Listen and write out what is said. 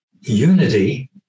unity